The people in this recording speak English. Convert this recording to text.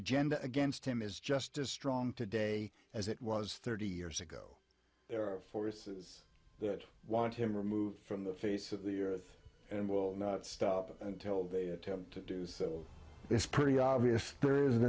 agenda against him is just as strong today as it was thirty years ago there are forces that want him removed from the face of the earth and will not stop until they attempt to do so it's pretty obvious there is an